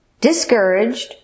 discouraged